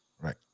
Right